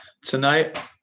tonight